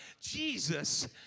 Jesus